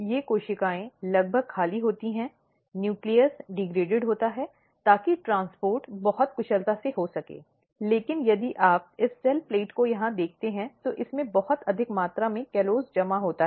ये कोशिकाएं लगभग खाली होती हैं न्यूक्लियस डिग्रेडेड होता है ताकि ट्रांसपोर्ट बहुत कुशलता से हो सके लेकिन यदि आप इस सेल प्लेट को यहां देखते हैं तो इसमें बहुत अधिक मात्रा में कॉलोस जमा होता है